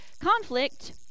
Conflict